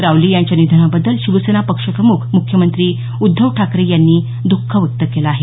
रावले यांच्या निधनाबद्दल शिवसेना पक्षप्रमुख मुख्यमंत्री उद्धव ठाकरे यांनी दख व्यक्त केलं आहे